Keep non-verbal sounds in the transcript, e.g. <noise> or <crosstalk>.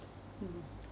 <noise> mm <noise>